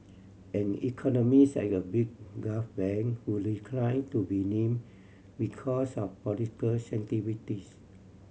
an economist at a big Gulf bank who decline to be name because of political sensitivities